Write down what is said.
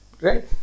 right